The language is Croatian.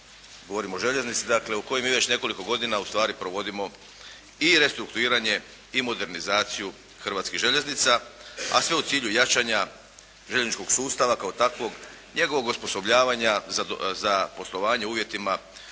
govorim o željeznici dakle, u kojoj mi već nekoliko godina ustvari provodimo i restrukturiranje i modernizaciju hrvatskih željeznica a sve u cilju jačanja željezničkog sustava kao takvog, njegovog osposobljavanja za poslovanje u uvjetima